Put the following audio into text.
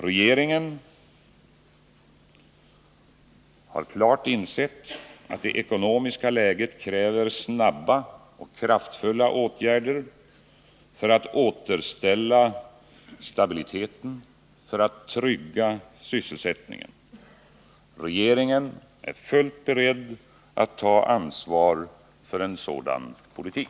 Regeringen har klart insett att det ekonomiska läget kräver snara och kraftfulla åtgärder för att vi skall kunna återställa stabiliteten och trygga sysselsättningen. Regeringen är fullt beredd att ta ansvar för en sådan politik.